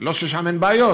לא ששם אין בעיות,